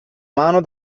mano